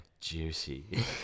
Juicy